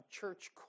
church